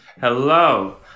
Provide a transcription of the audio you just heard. hello